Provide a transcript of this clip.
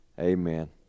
Amen